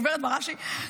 גב' בראשי,